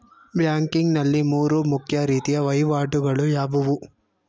Banking ನಲ್ಲಿ ಮೂರು ಮುಖ್ಯ ರೀತಿಯ ವಹಿವಾಟುಗಳು ಯಾವುವು?